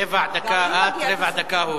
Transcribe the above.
רבע דקה את, רבע דקה הוא.